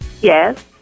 Yes